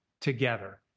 together